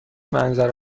منظره